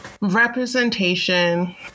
Representation